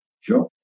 Sure